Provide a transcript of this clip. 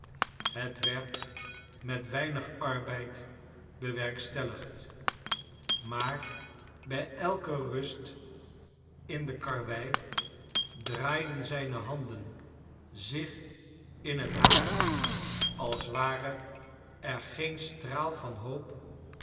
het werd met weinig arbeid bewerkstelligd maar bij elke rust in de karwei draaiden zijne handen zich in het naar als ware er geen straal van hoop